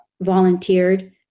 volunteered